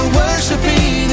worshiping